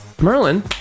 Merlin